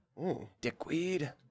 Dickweed